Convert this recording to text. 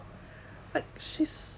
like she's